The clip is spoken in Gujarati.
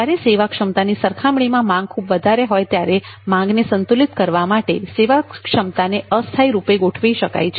જ્યારે સેવા ક્ષમતાની સરખામણીમાં માંગ ખુબ વધારે હોય ત્યારે માંગને સંતુલિત કરવા માટે સેવા ક્ષમતાને અસ્થાયી રૂપે ગોઠવી શકાય છે